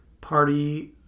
party